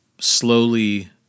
slowly